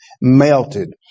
melted